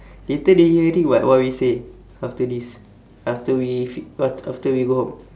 later they hearing [what] what we say after this after we fi~ after after we go home